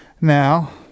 Now